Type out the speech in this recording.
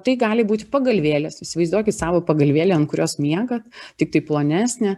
tai gali būt pagalvėlės įsivaizduokit savo pagalvėlę ant kurios miegat tiktai plonesnę